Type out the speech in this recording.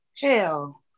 Hell